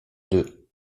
deux